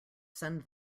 send